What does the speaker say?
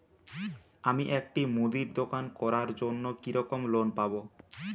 আমি একটি মুদির দোকান করার জন্য কি রকম লোন পাব?